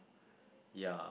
yeah